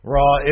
Raw